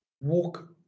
walk